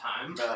time